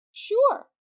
sure